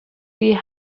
die